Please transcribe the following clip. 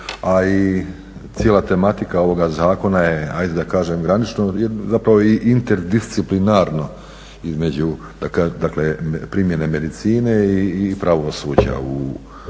a i cijela tematika ovoga zakona je hajde da kažem granično i zapravo i interdisciplinarno između, dakle primjene medicine i pravosuđa u ovom